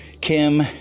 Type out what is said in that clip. Kim